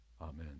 Amen